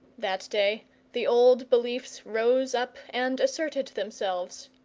that day the old beliefs rose up and asserted themselves,